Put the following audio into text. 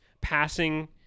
passing